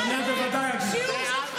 תורידי טונים.